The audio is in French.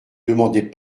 demandait